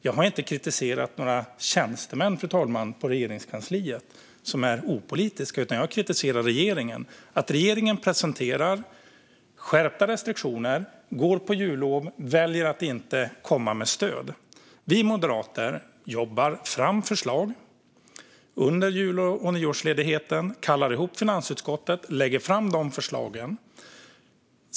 Jag har inte kritiserat några opolitiska tjänstemän på Regeringskansliet, utan jag har kritiserat regeringen. Regeringen presenterar skärpta restriktioner och går sedan på jullov och väljer att inte komma med stöd. Vi moderater jobbar fram förslag under jul och nyårsledigheten, kallar ihop finansutskottet och lägger fram förslagen.